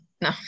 No